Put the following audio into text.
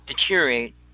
deteriorate